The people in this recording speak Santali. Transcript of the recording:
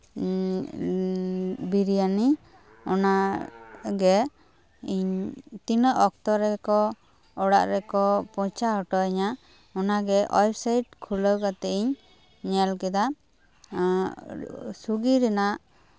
ᱵᱤᱨᱭᱟᱱᱤ ᱚᱱᱟᱜᱮ ᱤᱧ ᱛᱤᱱᱟᱹᱜ ᱚᱠᱛᱚ ᱨᱮᱠᱚ ᱚᱲᱟᱜ ᱨᱮᱠᱚ ᱯᱳᱣᱪᱷᱟᱣ ᱦᱚᱴᱚ ᱟᱹᱧᱟ ᱚᱱᱟᱜᱮ ᱚᱭᱮᱵᱽᱥᱟᱭᱤᱴ ᱠᱷᱩᱞᱟᱹᱣ ᱠᱟᱛᱮᱫ ᱤᱧ ᱧᱮᱞ ᱠᱮᱫᱟ ᱥᱩᱭᱜᱤ ᱨᱮᱱᱟᱜ